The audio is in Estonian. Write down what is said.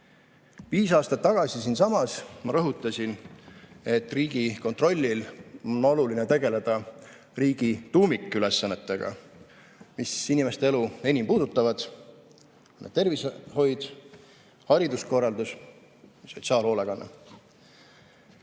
Viis aastat tagasi siinsamas ma rõhutasin, et Riigikontrollil on oluline tegeleda riigi tuumikülesannetega, mis inimeste elu enim puudutavad: tervishoid, hariduskorraldus, sotsiaalhoolekanne.